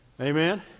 amen